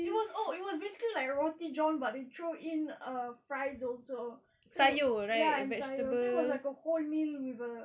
it was oh it was basically like roti john but they throw in uh fries also so ya and sayur also so it was like a whole meal with a